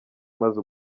maze